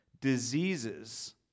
diseases